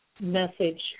message